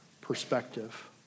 perspective